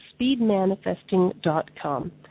speedmanifesting.com